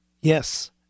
yes